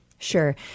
Sure